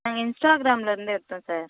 நாங்கள் இன்ஸ்டாகிராம்லேருந்து எடுத்தோம் சார்